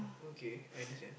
okay I understand